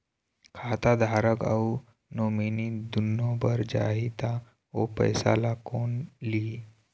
खाता धारक अऊ नोमिनि दुनों मर जाही ता ओ पैसा ला कोन लिही?